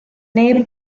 neb